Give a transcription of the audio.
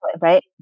Right